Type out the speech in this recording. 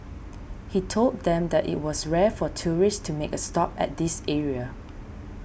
he told them that it was rare for tourists to make a stop at this area